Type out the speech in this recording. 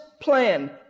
plan